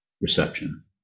reception